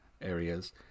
areas